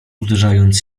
uderzając